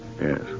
Yes